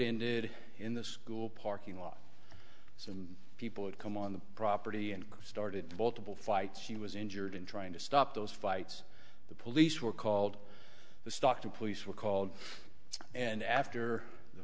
ended in the school parking lot some people had come on the property and started to multiple fights she was injured in trying to stop those fights the police were called the stockton police were called and after the